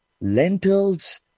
lentils